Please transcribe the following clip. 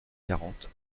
quarante